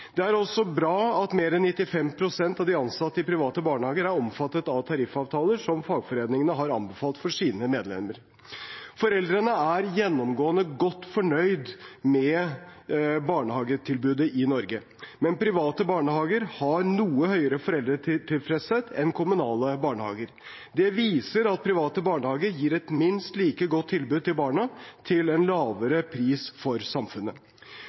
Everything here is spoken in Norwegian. Det er også bra at mer enn 95 pst. av de ansatte i private barnehager er omfattet av tariffavtaler som fagforeningene har anbefalt for sine medlemmer. Foreldrene er gjennomgående godt fornøyd med barnehagetilbudet i Norge, men private barnehager har noe høyere foreldretilfredshet enn kommunale barnehager. Det viser at private barnehager gir et minst like godt tilbud til barna, til en lavere pris for samfunnet.